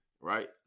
right